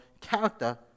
character